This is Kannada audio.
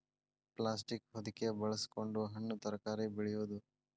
ಪ್ಲಾಸ್ಟೇಕ್ ಹೊದಿಕೆ ಬಳಸಕೊಂಡ ಹಣ್ಣು ತರಕಾರಿ ಬೆಳೆಯುದು